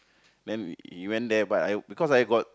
then we went there but I because I got